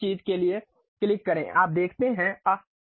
उसी चीज़ के लिए क्लिक करें आप देखते हैं आह